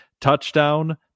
touchdown